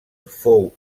fou